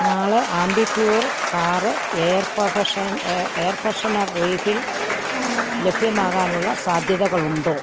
നാളെ Ambi Pur car air freshener air freshener refill ലഭ്യമാകാനുള്ള സാധ്യതകളുണ്ടോ